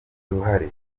ruhare